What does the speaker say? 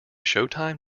showtime